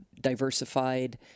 diversified